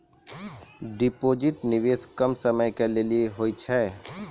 Deposit निवेश कम समय के लेली होय छै?